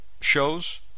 shows